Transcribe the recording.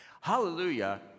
Hallelujah